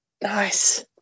Nice